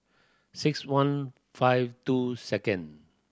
six one five two second